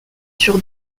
sur